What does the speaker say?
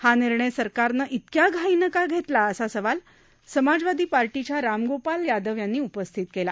हा निर्णय सरकारनं इतक्या घाईनं का घेतला असा सवाल समाजवादी पार्टीच्या रामगोपाल यादव यांनी उपस्थित केला